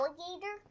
alligator